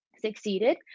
succeeded